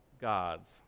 gods